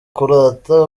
kurata